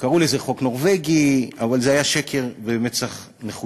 קראו לזה חוק נורבגי, אבל זה היה שקר במצח נחושה.